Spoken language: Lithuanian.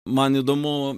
man įdomu